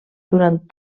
durant